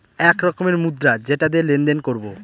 এক রকমের মুদ্রা যেটা দিয়ে লেনদেন করবো